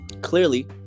clearly